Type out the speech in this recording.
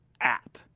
app